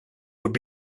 would